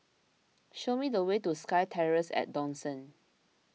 show me the way to SkyTerrace at Dawson